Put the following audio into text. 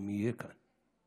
אם יהיה כאן.